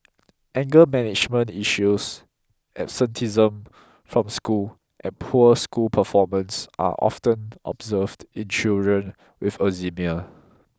anger management issues absenteeism from school and poor school performance are often observed in children with eczema